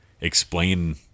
explain